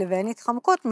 לבין "התחמקות ממס"